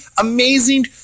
amazing